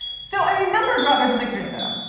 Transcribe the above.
so i remembered robinson crusoe.